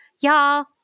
y'all